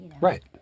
Right